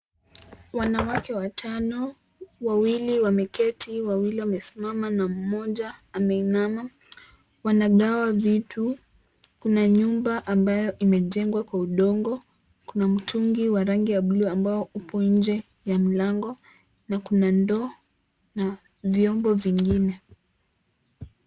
Wanawake watano, wawili wameketi, wawili wamesimama na mmoja ameinama. Wanagawa vitu. Kuna nyumba ambayo imejengwa kwa udongo. Kuna mtungi wa rangi ya blue ambao upo nje ya mlango na kuna ndoo na vyombo vingine.